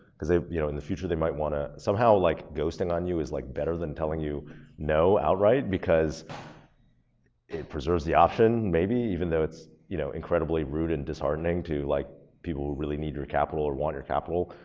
cause you know in the future they might wanna. somehow like, ghosting on you is like better than telling you no outright because it preserves the option, maybe, even though it's, you know, incredibly rude and disheartening to like people who really need your capital or want your capital.